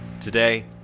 Today